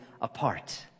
apart